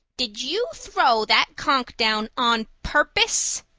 did you throw that conch down on purpose?